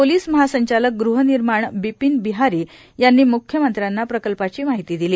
police महासंचालक गृहनिर्माण बिपिन बिहारी यांनी म्ख्यमंत्र्यांना प्रकल्पाची माहिती दिली